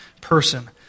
person